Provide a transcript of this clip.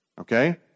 okay